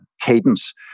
cadence